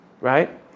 Right